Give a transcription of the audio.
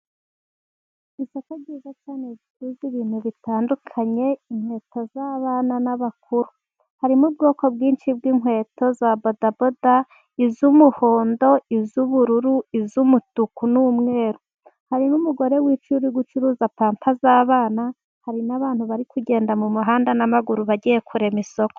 Isoko ryiza cyane ricuruza ibintu bitandukanye. inkweto z'abana n'abakuru. Harimo ubwoko bwinshi bw'inkweto za bodaboda; iz'umuhondo; iz'ubururu; iz'umutuku n'umweru. Hari n'umugore wicaye, uri gucuruza pampa z'abana. Hari n'abantu bari kugenda mu muhanda n'amaguru bagiye kurema isoko.